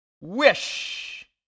wish